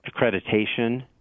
accreditation